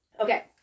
okay